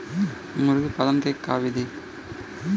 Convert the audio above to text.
मुर्गीपालन के विधी बताई?